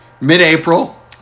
mid-April